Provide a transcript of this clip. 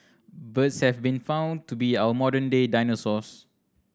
birds have been found to be our modern day dinosaurs